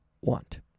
want